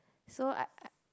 so I I